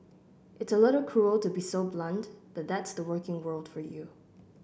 it's a little cruel to be so blunt but that's the working world for you